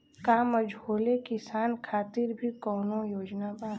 का मझोले किसान खातिर भी कौनो योजना बा?